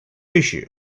issue